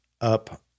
up